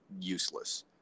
useless